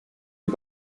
die